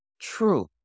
true